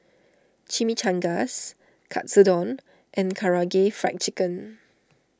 Chimichangas Katsudon and Karaage Fried Chicken